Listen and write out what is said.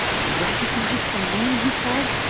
you recognize the name? he said.